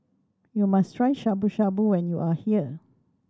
you must try Shabu Shabu when you are here